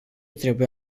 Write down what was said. trebuie